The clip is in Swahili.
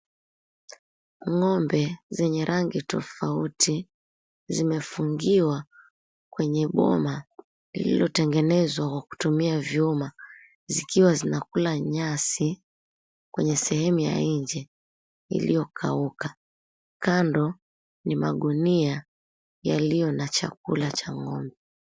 Ng'ombe zenye rangi tofauti zimefungiwa kwenye boma lililotengenezwa kwa kutumia vyuma zikiwa zinakula nyasi kwenye sehemu ya nje iliyokauka. Kando ni magunia yaliyo na chakula cha ng'ombe.